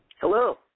Hello